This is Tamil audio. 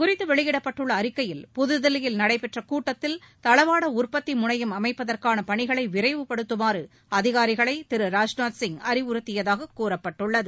குறித்தவெளியிடப்பட்டுள்ளஅறிக்கையில் இத புதுதில்லியில் நடைபெற்றகூட்டத்தில் தளவாடஉற்பத்திமுனையம் அமைப்பதற்கானபணிகளைவிரைவுப்படுத்துமாறுஅதிகாரிகளைதிரு சிங் ராஜ்நாத் அறிவுறுத்தியதாககூறப்பட்டுள்ளது